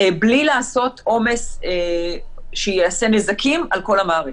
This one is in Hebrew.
בלי לעשות עומס שיעשה נזקים על כל המערכת.